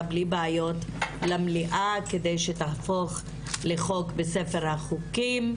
בלי בעיות למליאה כדי שתהפוך לחוק בספר החוקים,